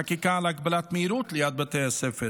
חקיקה להגבלת מהירות ליד בתי הספר,